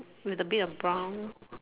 with a bit of brown